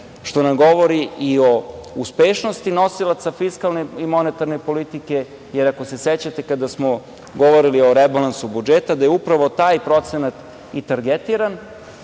To nam govori i o uspešnosti nosilaca fiskalne i monetarne politike, jer, ako se sećate, kada smo govorili o rebalansu budžeta, upravo je taj procenat i targetiran,